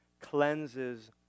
cleanses